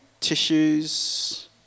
tissues